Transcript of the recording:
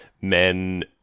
men